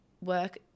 work